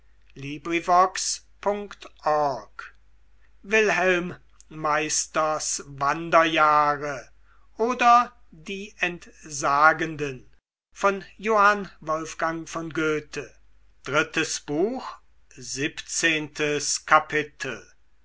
wilhelm meisters wanderjahre oder die entsagenden